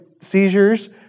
seizures